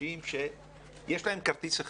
אנשים שיש להם כרטיס אחד,